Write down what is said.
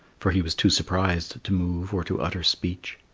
for he was too surprised to move or to utter speech.